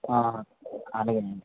అలాగేనండి